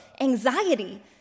anxiety